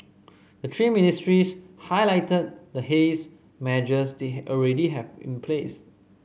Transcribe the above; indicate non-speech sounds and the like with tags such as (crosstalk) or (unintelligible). the three ministries highlighted the haze measures they (unintelligible) already have in place